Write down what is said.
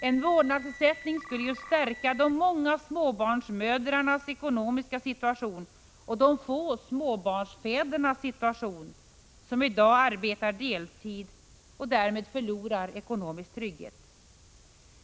En vårdnadsersättning skulle stärka den ekonomiska situationen för de många deltidsarbetande småbarnsmödrarna och de få deltidsarbetande småbarnsfäderna, som i dag förlorar ekonomisk trygghet.